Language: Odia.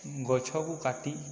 ଗଛକୁ କାଟି